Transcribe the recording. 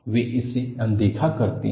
वे इसे अनदेखा करते हैं